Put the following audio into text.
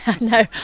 no